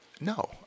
no